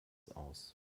aus